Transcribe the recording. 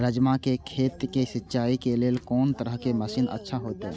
राजमा के खेत के सिंचाई के लेल कोन तरह के मशीन अच्छा होते?